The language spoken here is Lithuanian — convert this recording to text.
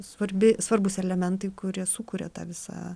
svarbi svarbūs elementai kurie sukuria tą visą